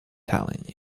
telling